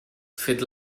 fet